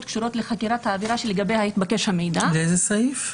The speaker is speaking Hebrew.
קשורות לחקירת העבירה שלגביה התבקש המידע -- לאיזה סעיף?